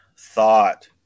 thought